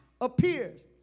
appears